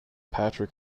patrick